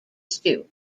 stew